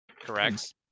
correct